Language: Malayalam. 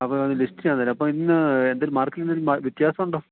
അപ്പോള് അത് ലിസ്റ്റ് ഞാന് തരാം അപ്പോള് ഇന്ന് എന്തേലും മാർക്കറ്റിലെന്തേലും വ്യത്യാസമുണ്ടോ